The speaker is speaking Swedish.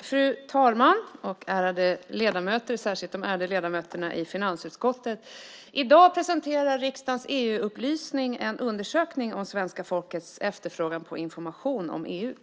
Fru talman! Ärade ledamöter, särskilt de ärade ledamöterna i finansutskottet! I dag presenterar riksdagens EU-upplysning en undersökning om svenska folkets efterfrågan på information om EU.